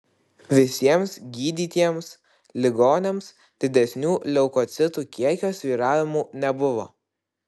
visiems gydytiems ligoniams didesnių leukocitų kiekio svyravimų nebuvo